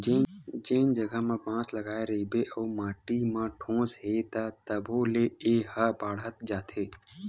जेन जघा म बांस लगाए रहिबे अउ माटी म ठोस हे त तभो ले ए ह बाड़हत जाथे